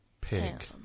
Pig